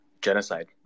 genocide